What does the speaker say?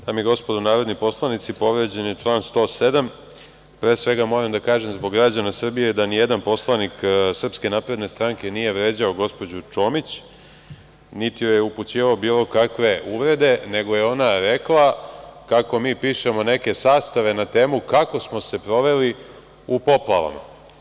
Dame i gospodo narodni poslanici, povređen je član 107. pre svega moram da kažem zbog građana Srbije da nijedan poslanik SNS nije vređao gospođu Čomić, niti joj upućivao bilo kakve uvrede, nego je ona rekla kako mi pišemo neke sastave na temu kako smo se proveli u poplavama.